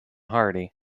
hardy